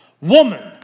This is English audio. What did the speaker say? Woman